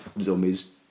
zombies